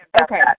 Okay